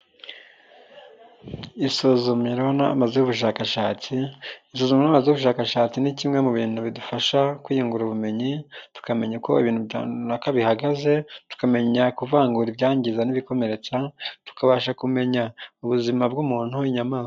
Isuzumiro n'amazu y'ubushakashatsi, isuzumiro n'amazu y'ubushakashatsi ni kimwe mu bintu bidufasha kwiyungura ubumenyi, tukamenya uko ibintu runaka bihagaze, tukamenya kuvangura ibyangiza n'ibikomeretsa, tukabasha kumenya ubuzima bw'umuntu n'inyamaswa.